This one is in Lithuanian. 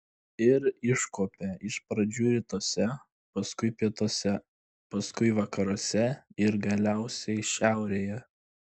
ir iškuopė iš pradžių rytuose paskui pietuose paskui vakaruose ir galiausiai šiaurėje